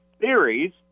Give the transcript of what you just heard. theories